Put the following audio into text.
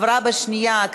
נתקבל.